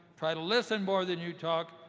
try to listen more than you talk.